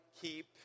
keep